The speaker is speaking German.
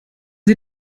sie